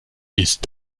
ist